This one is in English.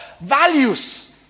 values